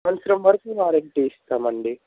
సంవత్సరం వరకు వారంటీ ఇస్తాము అండి